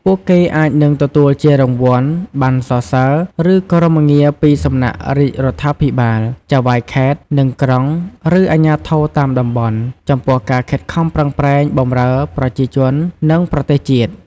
ពួកគេអាចនឹងទទួលជារង្វាន់ ប័ណ្ណសរសើរ ឬ គោរមងារពីសំណាក់រាជរដ្ឋាភិបាល ចៅហ្វាយខេត្ត និងក្រុង ឬ អាជ្ញាធរតាមតំបន់ ចំពោះការខិតខំប្រឹងប្រែងបម្រើប្រជាជន និង ប្រទេសជាតិ។